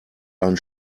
ein